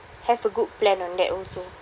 have a good plan on that also